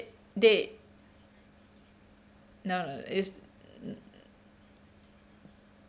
they no no no it's